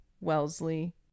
Wellesley